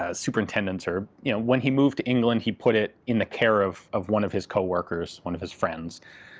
ah superintendents. you know when he moved to england he put it in the care of of one of his co-workers, one of his friends.